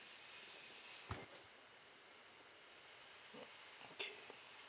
okay